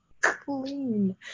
clean